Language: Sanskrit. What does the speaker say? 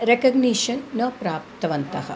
रेकग्निशन् न प्राप्तवन्तः